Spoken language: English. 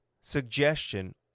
suggestion